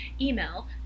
email